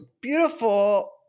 beautiful